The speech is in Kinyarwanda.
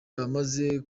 abamaze